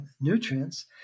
nutrients